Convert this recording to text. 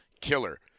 killer